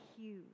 huge